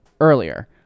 earlier